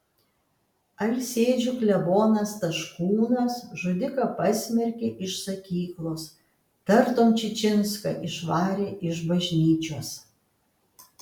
alsėdžių klebonas taškūnas žudiką pasmerkė iš sakyklos tartum čičinską išvarė iš bažnyčios